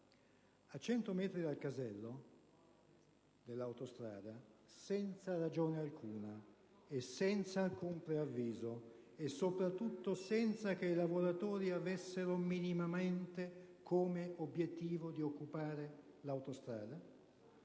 A 100 metri dal casello dell'autostrada, senza ragione alcuna e senza alcun preavviso, e soprattutto senza che i lavoratori avessero minimamente come obiettivo di occupare l'autostrada,